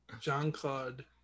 Jean-Claude